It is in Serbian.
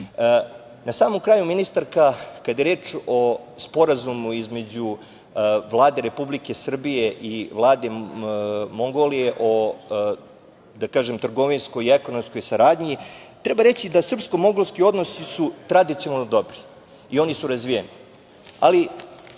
samom kraju ministarka, kada je reč o Sporazumu između Vlade Republike Srbije i Vlade Mongolije o trgovinskoj i ekonomskoj saradnji treba reći da su srpsko-mongolski odnosi tradicionalno dobri i oni su razvijeni.